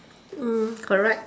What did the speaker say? mm correct